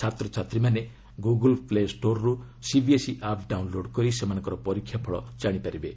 ଛାତ୍ରଛାତ୍ରୀମାନେ ଗୁଗୁଲ ପ୍ଲେଷ୍ଟୋର୍ରୁ CBSE app download କରି ସେମାନଙ୍କର ପରୀକ୍ଷାଫଳ ଜାଣିପାରିବେ